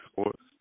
sports